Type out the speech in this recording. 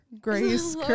Grace